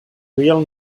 real